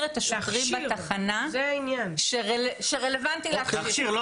את השוטרים בתחנה שרלוונטי להכשיר.